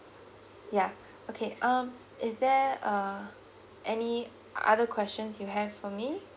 ya okay um is there uh any other questions you have for me